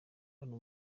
hano